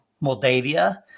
Moldavia